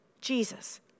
Jesus